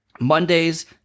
Mondays